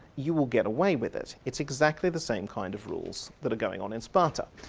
you will get away with it. it's exactly the same kind of rules that are going on in sparta.